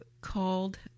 called